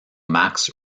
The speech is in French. max